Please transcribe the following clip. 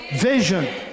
Vision